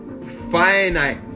finite